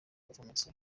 performance